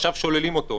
ועכשיו שוללים אותו.